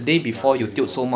ya the day before